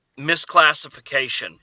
misclassification